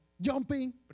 Jumping